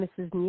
Mrs